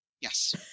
yes